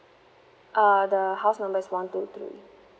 uh the house number is one two three